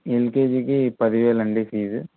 ఎల్కెజికి పదివేలండి ఫీజు